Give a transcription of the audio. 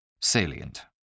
Salient